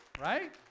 Right